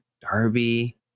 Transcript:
Darby